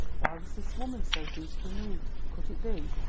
why was this woman so deeply moved? could it be?